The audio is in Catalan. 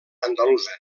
andalusa